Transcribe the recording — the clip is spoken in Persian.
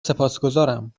سپاسگزارم